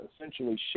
essentially